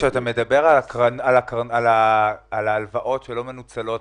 אתה מדבר על ההלוואות שלא מנוצלות,